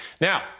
now